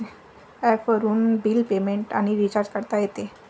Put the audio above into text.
ॲपवरून bill payment आणि recharge करता येते